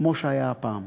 כמו שהייתה הפעם.